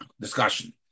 discussion